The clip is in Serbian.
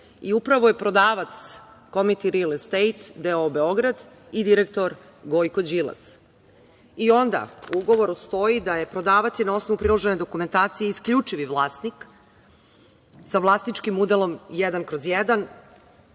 i upravo je prodavac „Komiti ril estejt“ d.o.o Beograd i direktor Gojko Đilas, i onda u ugovoru stoji da je prodavac i na osnovu priložene dokumentacije isključivi vlasnik sa vlasničkim udelom 1/1 i da